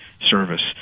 service